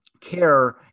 care